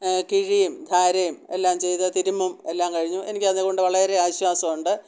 കിഴിയും ധാരയും എല്ലാം ചെയ്തു തിരുമ്മും എല്ലാം കഴിഞ്ഞു എനിക്കതുകൊണ്ട് വളരേ ആശ്വാസമു ണ്ട്